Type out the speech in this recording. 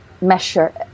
measure